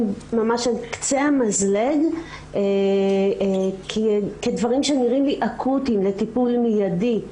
ממש על קצה המזלג כי דברים שנראים לי אקוטיים לטיפול מיידי,